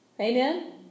amen